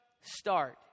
start